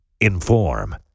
inform